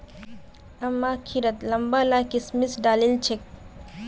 अम्मा खिरत लंबा ला किशमिश डालिल छेक